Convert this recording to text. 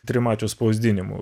trimačiu spausdinimu